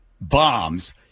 bombs